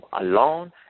alone